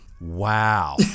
Wow